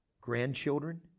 grandchildren